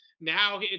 Now